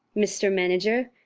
mr. manager,